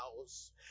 house